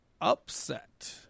Upset